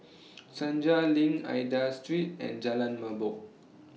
Senja LINK Aida Street and Jalan Merbok